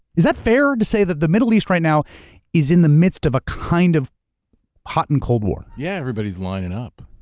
is that fair to say that the middle east right now is in the midst of a kind of hot and cold war? yeah, everybody's lining up.